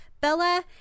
Bella